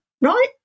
right